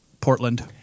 Portland